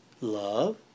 love